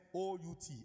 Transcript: out